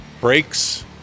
Brakes